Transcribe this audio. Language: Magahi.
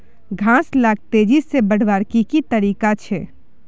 घास लाक तेजी से बढ़वार की की तरीका छे?